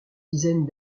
dizaine